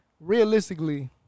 realistically